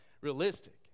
realistic